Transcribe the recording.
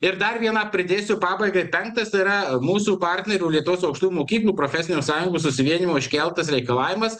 ir dar vieną pridėsiu pabaigai penktas tai yra mūsų partnerių lietuvos aukštųjų mokyklų profesinių sąjungų susivienijimo iškeltas reikalavimas